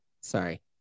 sorry